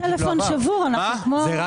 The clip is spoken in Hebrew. גם